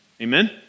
Amen